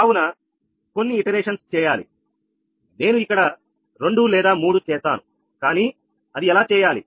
కావున కొన్ని పునరావృత్తం చేయాలి నేను ఇక్కడ రెండు లేదా మూడు చేస్తాను కానీ అది ఎలా చేయాలి